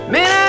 Man